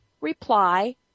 reply